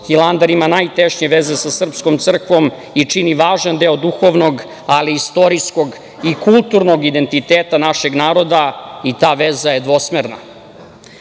Hilandar ima najtešnje veze sa srpskom crkvom i čini važan deo duhovnog, ali i istorijskog i kulturnog identiteta našeg naroda i ta veza je dvosmerna. Patrijarh